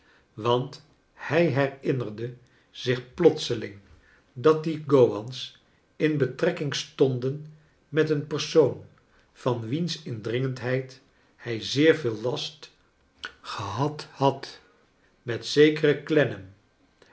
want hij herinnerde zich plotseling dat die go wans in betrekking stonden met een persoon van wiens indringerigheid hij zeer veel last gehad had met zekeren